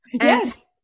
Yes